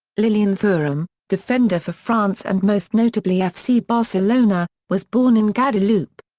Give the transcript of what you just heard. lilian thuram, defender for france and most notably fc barcelona, was born in guadeloupe.